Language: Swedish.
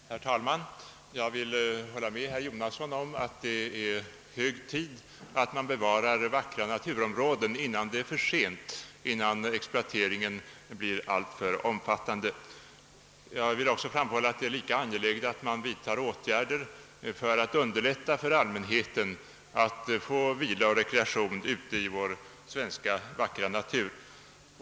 Herr talman! Jag vill hålla med herr Jonasson om att det är hög tid att bevara vackra naturområden innan det är för sent, innan exploateringen blir alltför omfattande. Det är lika angeläget att vidta åtgärder för att underlätta för allmänheten att få vila och rekreation ute i vår sköna svenska natur.